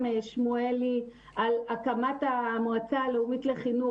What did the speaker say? שמואלי על הקמת המועצה הלאומית לחינוך.